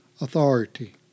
authority